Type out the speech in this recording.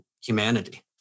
humanity